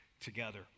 Together